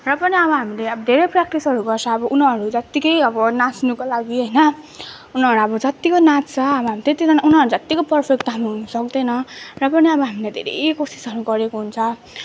र पनि अब हामीले अभ धेरै प्र्याक्टिसहरू गर्छ अब उनीहरू जत्तिकै अब नाच्नुको लागि होइन उनीहरू अब जत्तिको नाच्छ अब हामी त्यत्तिको उनीहरू जत्तिको पर्फेक्ट त हामी हुनु सक्दैन र पनि अब हामीले धेरै कोसिसहरू गरेको हुन्छ